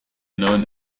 known